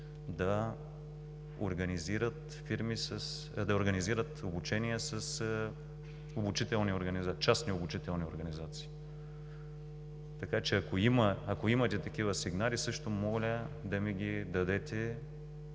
да организират обучения с частни обучителни организации. Ако имате такива сигнали, също моля да ми ги дадете.